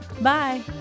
Bye